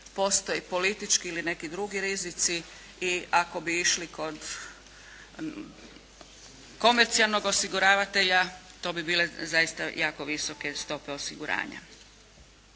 postoji politički ili neki drugi rizici i ako bi išli kod komercijalnog osiguravatelja to bi bile zaista jako visoke stope osiguranja.